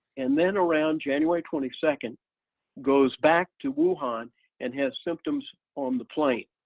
and then around january twenty second goes back to wuhan and has symptoms on the plane.